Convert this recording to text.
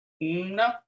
No